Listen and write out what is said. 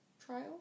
trial